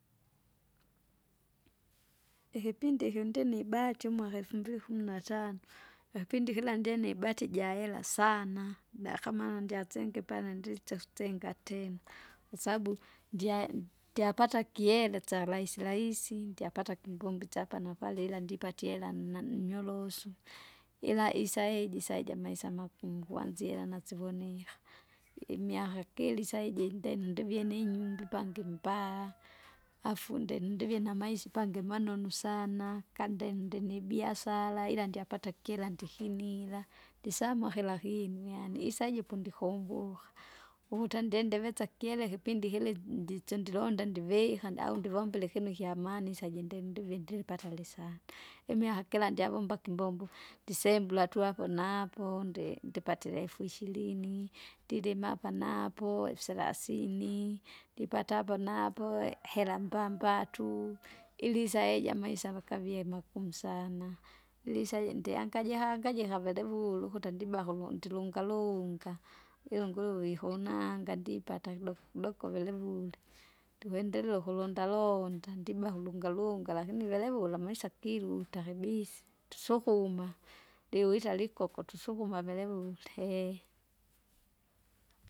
Ikipindi iki ndini ibahati umwaka efumbili kumi na tano, ikipindi kila `ndinibahati ijahera sana, dakama ndiasenge pala ndisya utsenga tena, kwasabu, ndyae- ndyapata kyelesa rahisi rahisi, ndyapata kimbombo isyapa na pale ila ndipatie hera na nnyorosu. Ila isaiji saiji amaisa makumu kwanzira nasivoniha, imiaka giri saiji nde- ndivie minyumbu pangi mbaa, afu nde- ndivye namaisi pangi manonu sana kandende nibiasala ila ndyapata kira ndihinila, ndisamwa kira kinu yaani isaiji pandikumbuka, uvuta ndi ndiveza kile kipindi kile n- nditsi ndilonde ndivika au ndivomile ikinu ikyamana isaji ndi- ndivi- ndiripata lisana. Imiaka kila ndyavombaki imbombo, ndisembula tu hapo na hapo ndi- ndipatire efuishirini, ndilima hapa na napo efusalasini, ndipata apo na apo hera mbambatu, ili saiji amaisa vakavie makumu sana. Ilisaji ndihangaji hangajika velevulu ukuti ndiba kulundi ndilungalunga, iyo nguruwe nguruwe ihonanga nipata kidokokidoko vilevule. Ndikwendelea ukulondalonda, ndbakule ungalunga lakini velevule amaisa kiruta kibisa, tusukuma, ndiwita likoko tusukuma velevule hehe.